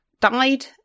died